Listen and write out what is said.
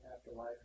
Afterlife